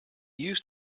used